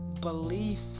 belief